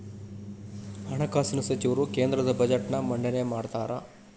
ಹಣಕಾಸಿನ ಸಚಿವರು ಕೇಂದ್ರದ ಬಜೆಟ್ನ್ ಮಂಡನೆ ಮಾಡ್ತಾರಾ